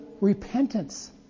repentance